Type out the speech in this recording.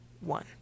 one